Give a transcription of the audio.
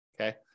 okay